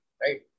right